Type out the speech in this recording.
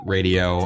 Radio